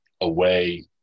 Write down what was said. away